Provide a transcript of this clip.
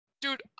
Dude